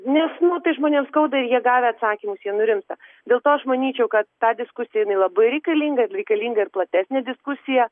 nes nu tai žmonėms skauda ir jie gavę atsakymus jie nurimsta dėl to aš manyčiau kad ta diskusija jinai labai reikalinga ir reikalinga ir platesnė diskusija